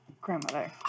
grandmother